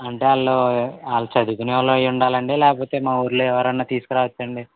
అంటే వాళ్ళు చదువుకున్న వాళ్ళు అయ్యి ఉండాలండి లేకపోతే మా ఊళ్ళో ఎవరైన తీసుకురావచ్చా అండి